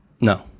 No